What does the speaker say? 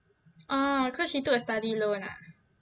oh cause she took a study loan ah